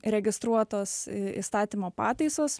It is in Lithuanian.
registruotos įstatymo pataisos